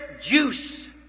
juice